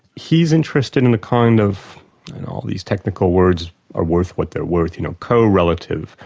he's interested in the kind of and all these technical words are worth what they're worth, you know, co-relative,